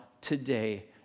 today